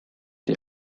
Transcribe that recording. die